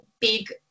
big